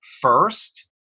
first